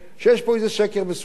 שיש פה איזה שקר מסוים.